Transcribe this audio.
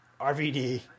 RVD